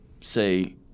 say